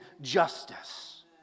justice